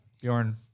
Bjorn